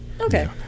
Okay